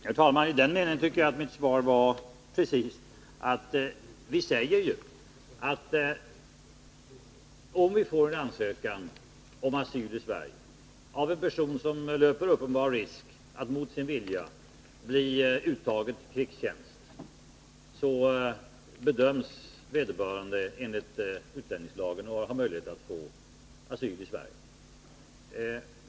Herr talman! I den meningen tycker jag att mitt svar var precist att vi säger att om vi får en ansökan om asyl i Sverige av en person som löper uppenbar risk att mot sin vilja bli uttagen till krigstjänst, så bedöms vederbörande enligt utlänningslagen, och han har möjlighet att få asyl i Sverige.